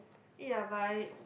ya but I